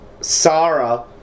Sarah